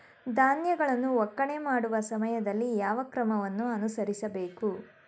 ಧಾನ್ಯಗಳನ್ನು ಒಕ್ಕಣೆ ಮಾಡುವ ಸಮಯದಲ್ಲಿ ಯಾವ ಕ್ರಮಗಳನ್ನು ಅನುಸರಿಸಬೇಕು?